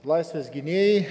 laisvės gynėjai